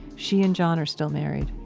she and john are still married